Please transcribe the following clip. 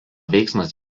veiksmas